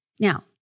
Now